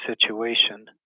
situation